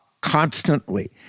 constantly